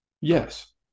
Yes